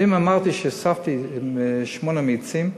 ואם אמרתי שהוספתי שמונה מאיצים,